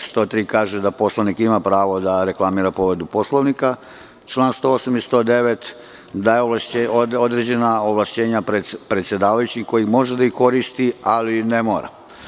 Član 103. kaže da poslanik ima pravo da reklamira povredu Poslovnika, član 108. i 109. daje određena ovlašćenja predsedavajućem, koji može da ih koristi, ali ne mora.